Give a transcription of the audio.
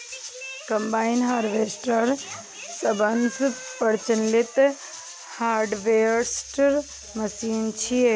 combine harvester सबसं प्रचलित harvester machine छियै